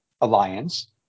Alliance